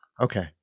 Okay